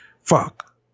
fuck